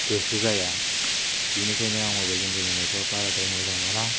गोसो जाया बिनिखायनो आं मबेलजों गेलेनायखौ बाराद्राय मोजां मोना